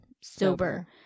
Sober